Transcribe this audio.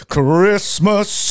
Christmas